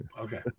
Okay